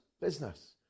business